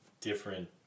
different